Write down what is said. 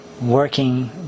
Working